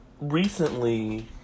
recently